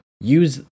use